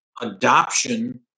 adoption